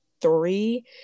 three